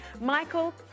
Michael